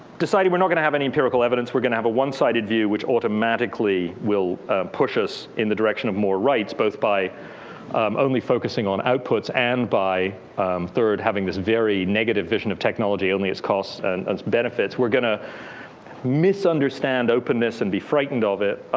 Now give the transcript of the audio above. decided we're not going to have any empirical evidence. we're going to have a one-sided view, which automatically will push us in the direction of more rights, both by um only focusing on outputs. and by third, having this very negative vision of technology. only its costs and its benefits. we're going to misunderstand openness and be frightened of it.